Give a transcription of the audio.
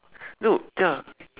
no ya